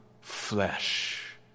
flesh